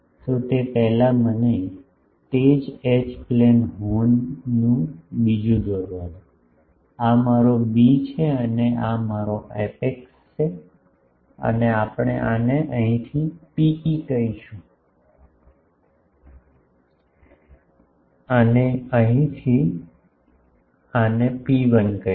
તો તે પેલા મને તે જ એચ પ્લેન હોર્નનું બીજુ દોરવા દો આ મારો બી છે અને આ મારો એપેક્સ છે અને આપણે આને અહીંથી ρe કહીશું અને અહીંથી અહીંથી અહીં ρ1